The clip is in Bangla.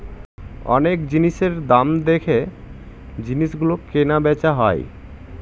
অনেক জিনিসের দাম দেখে জিনিস গুলো কেনা বেচা হয়